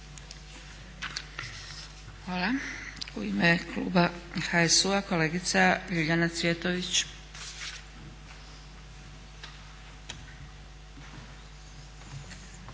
Hvala. U ime kluba HSU-a kolegica Ljiljana Cvjetović.